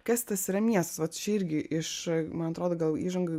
kas tas yra miestas vat čia irgi iš man atrodo gal įžangoj